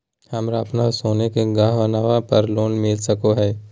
हमरा अप्पन सोने के गहनबा पर लोन मिल सको हइ?